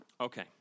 Okay